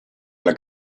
alla